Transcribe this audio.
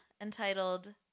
entitled